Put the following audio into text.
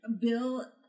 Bill